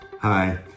Hi